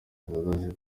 zihagaze